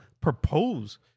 propose